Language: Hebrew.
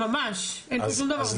ממש אין פה שום דבר ורוד.